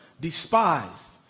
despised